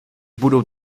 budou